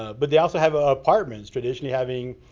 ah but they also have ah ah apartments traditionally having.